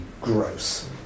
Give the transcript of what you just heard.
gross